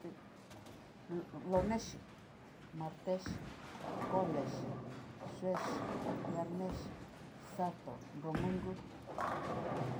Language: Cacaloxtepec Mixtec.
Lonexi, martexi, colexi, juexi, giarnexi, sato, nromungu.